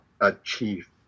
achieve